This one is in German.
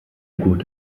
gut